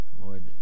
Lord